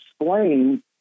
explain